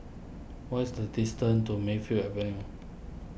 what is the distance to Mayfield Avenue